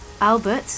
Albert